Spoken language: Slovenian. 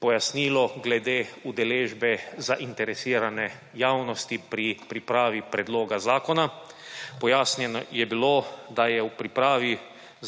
pojasnilo glede udeležbe zainteresirane javnosti pri pripravi predloga zakona. Pojasnjeno je bilo, da je v pripravi